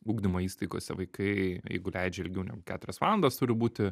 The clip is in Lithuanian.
ugdymo įstaigose vaikai jeigu leidžia ilgiau negu keturias valandas turi būti